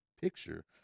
picture